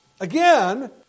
Again